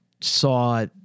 saw